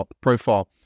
profile